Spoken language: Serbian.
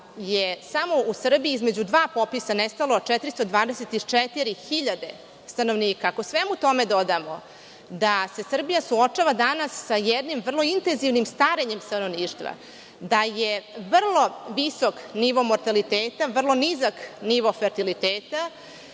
je samo u Srbiji između dva popisa nestalo 424.000 stanovnika i ako svemu tome dodamo da se Srbija suočava danas sa jednim vrlo intenzivnim starenjem stanovništva, da je vrlo visok nivo mortaliteta, vrlo nizak nivo fertiliteta